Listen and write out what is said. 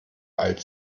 alt